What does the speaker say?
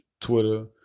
Twitter